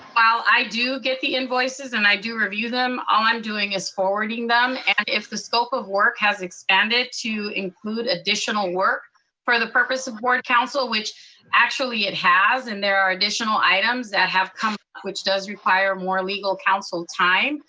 while i do get the invoices, and i do review them, all i'm doing is forwarding them. and if the scope of work has expanded to include additional work for the purpose of board council, which actually it has, and there are additional items that have come up which does require more legal council time,